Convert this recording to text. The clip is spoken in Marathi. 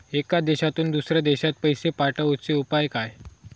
एका देशातून दुसऱ्या देशात पैसे पाठवचे उपाय काय?